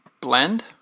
blend